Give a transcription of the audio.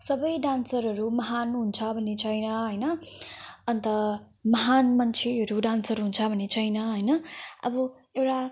सबै डान्सरहरू महान् हुन्छ भने छैन होइन अन्त महान् मान्छेहरू डान्सर हुन्छ भन्ने छैन होइन अब एउटा